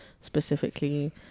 specifically